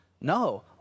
No